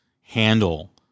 handle